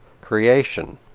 creation